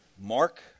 Mark